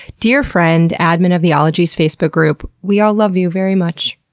dear friend, admin of the ologies facebook group. we all love you very much.